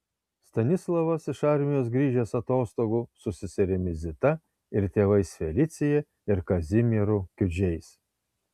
stanislovas iš armijos grįžęs atostogų su seserimi zita ir tėvais felicija ir kazimieru kiudžiais